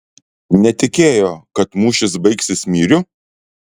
netikėjo kad mūšis baigsis myriu